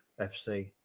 FC